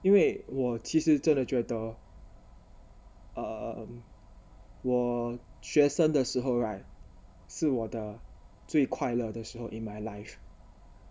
因为我其实真的觉得 err 我学生的时候 right 是我的最快乐的时候 in my life